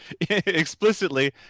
explicitly